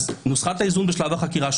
נוסחת האיזון בשלב החקירה,